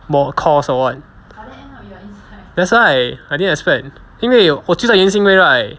for course or what that's why I didn't expect 因为我记得迎新会 right